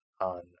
on